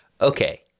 okay